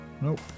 Nope